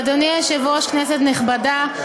אדוני היושב-ראש, כנסת נכבדה,